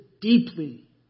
deeply